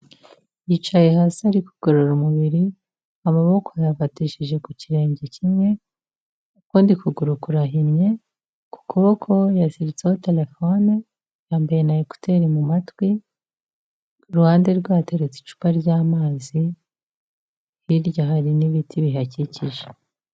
Yicaye hasi ari gugorora umubiri: amaboko yafatishije ku kirenge kimwe, ukundi kuguru kurahimye, ku kuboko yaziritseho telefone, yambaye na ekuteri mu matwi, iruhande rwe hateretse icupa ry'amazi, hirya hari n'ibiti bihakikije.